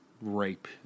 rape